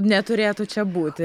neturėtų čia būti